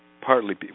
partly